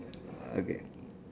okay